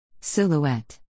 Silhouette